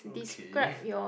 K